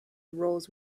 roles